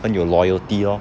很有 loyalty lor